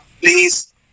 Please